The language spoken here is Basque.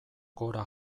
gora